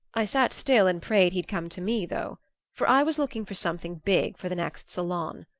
i sat still and prayed he'd come to me, though for i was looking for something big for the next salon.